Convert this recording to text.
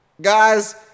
guys